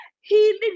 healing